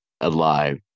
Alive